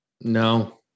No